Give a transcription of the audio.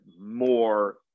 more